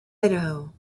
idaho